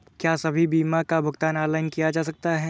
क्या सभी बीमा का भुगतान ऑनलाइन किया जा सकता है?